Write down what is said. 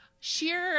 Sheer